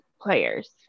players